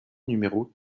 numéro